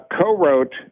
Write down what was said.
co-wrote